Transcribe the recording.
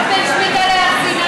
מה בין שמיטה להר סיני?